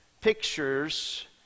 pictures